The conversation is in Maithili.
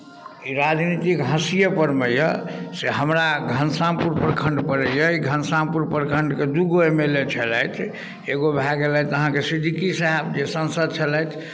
राजनीतिक हासिये परमे यए से हमरा घनश्यामपुर प्रखंड पड़ैए ई घनश्यामपुर प्रखंडके दूगो एम एल ए छलथि एगो भए गेलथि अहाँके सिद्दीकी साहेब जे सांसद छलथि